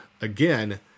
again